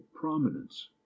prominence